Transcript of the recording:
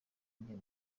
njye